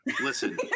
Listen